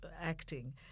acting